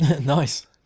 nice